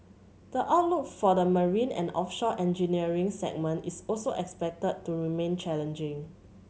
the outlook for the marine and offshore engineering segment is also expected to remain challenging